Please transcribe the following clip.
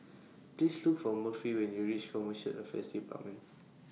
Please Look For Murphy when YOU REACH Commercial Affairs department